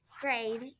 grade